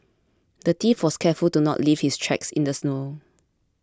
the thief was careful to not leave his tracks in the snow